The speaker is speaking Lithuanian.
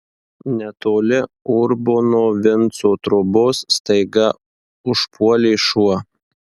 netoli urbono vinco trobos staiga užpuolė šuo